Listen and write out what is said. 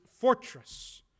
fortress